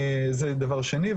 זה דבר שני.